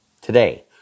Today